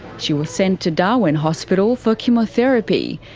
she was sent to darwin hospital for chemotherapy.